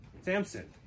Samson